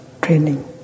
training